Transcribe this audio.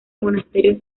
monasterio